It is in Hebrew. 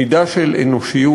מידה של אנושיות,